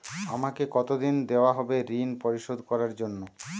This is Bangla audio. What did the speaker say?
আমাকে কতদিন দেওয়া হবে ৠণ পরিশোধ করার জন্য?